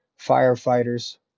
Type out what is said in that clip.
Firefighters